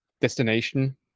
destination